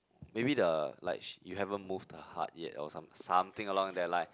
maybe the like she you haven't moved her heart yet or some something along that line